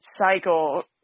cycle